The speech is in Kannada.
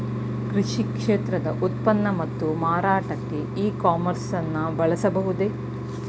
ಕೃಷಿ ಕ್ಷೇತ್ರದ ಉತ್ಪನ್ನ ಮತ್ತು ಮಾರಾಟಕ್ಕೆ ಇ ಕಾಮರ್ಸ್ ನ ಬಳಸಬಹುದೇ?